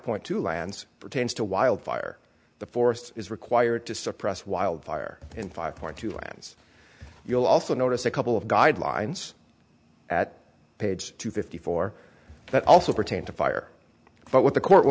point two lands pertains to wildfire the forest is required to suppress wild fire in five point two lines you'll also notice a couple of guidelines at page two fifty four that also pertain to fire but what the court will